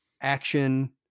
action